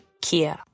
Kia